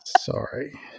Sorry